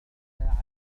البيانو